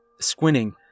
Squinting